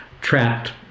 trapped